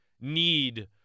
need